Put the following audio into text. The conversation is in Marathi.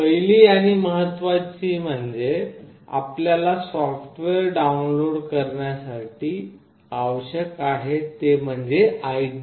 पहिली आणि महत्त्वाची गोष्ट म्हणजे आपल्याला सॉफ्टवेअर डाउनलोड करण्यासाठी आवश्यक आहे ते म्हणजे IDE